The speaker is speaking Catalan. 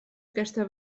aquesta